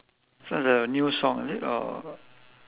so it's a new song is it or